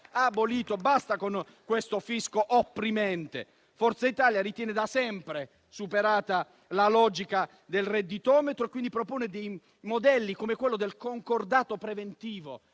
Basta con questo fisco opprimente. Forza Italia ritiene da sempre superata la logica del redditometro, quindi propone modelli come quello del concordato preventivo.